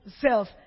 self